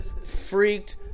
Freaked